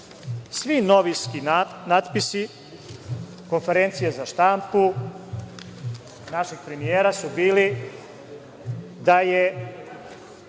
Svi novinski natpisi, konferencije za štampu našeg premijera su bili da je